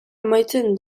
amaitzen